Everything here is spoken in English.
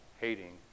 hating